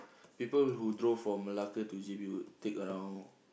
people who drove from Malacca to J_B would take around